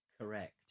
correct